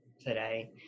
today